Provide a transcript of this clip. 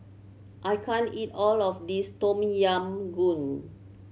I can't eat all of this Tom Yam Goong